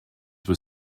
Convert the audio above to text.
were